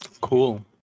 Cool